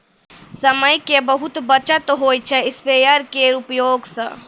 समय के बहुत बचत होय छै स्प्रेयर के उपयोग स